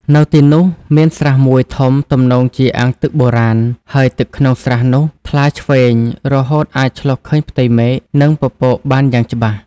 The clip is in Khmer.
នៅទីនោះមានស្រះមួយធំ ទំនងជាអាងទឹកបុរាណ ហើយទឹកក្នុងស្រះនោះថ្លាឈ្វេង រហូតអាចឆ្លុះឃើញផ្ទៃមេឃ និងពពកបានយ៉ាងច្បាស់។